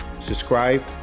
subscribe